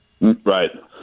Right